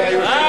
מנהל,